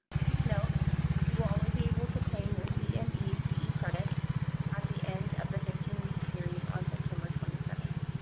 please note you will only be able to claim your cne ce credits at the end of the fifteen week series on september twenty seventh.